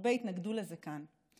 הרבה התנגדו לזה כאן.